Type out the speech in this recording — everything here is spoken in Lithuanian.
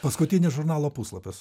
paskutinis žurnalo puslapis